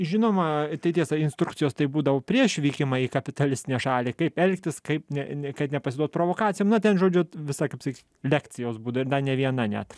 žinoma tai tiesa instrukcijos tai būdavo prieš vykimą į kapitalistinę šalį kaip elgtis kaip ne ne kaip nepasiduot provokacijom ten žodžiu visa kaip sakyt lekcijos būdavo ir dar ne viena net